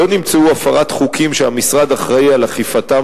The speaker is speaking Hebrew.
לא נמצאה הפרת חוקים שהמשרד אחראי לאכיפתם